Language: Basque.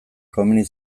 komeni